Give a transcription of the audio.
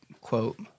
quote